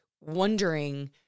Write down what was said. wondering